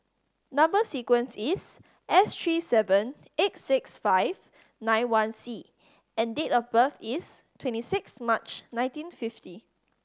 number sequence is S three seven eight six five nine one C and date of birth is twenty six March nineteen fifty